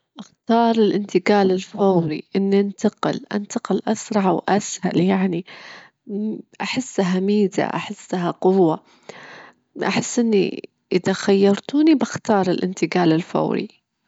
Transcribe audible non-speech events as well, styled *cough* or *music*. أحب إني أكون الشخص الأكتر ذكاء، الشهرة ممكن تروح وتجيلك، لكن الذكاء *hesitation* يجعد معك، ويخليك تجدرين تاخدين قرارات صحيحة في الحياة.